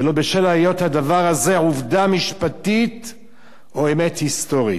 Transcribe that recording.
ולא בשל היות הדבר הזה עובדה משפטית או אמת היסטורית.